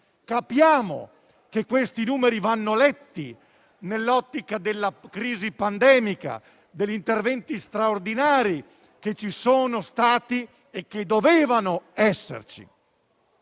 Capiamo che questi numeri vanno letti nell'ottica della crisi pandemica e degli interventi straordinari, che ci sono stati e che dovevano esserci.